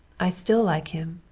i still like him.